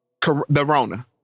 Corona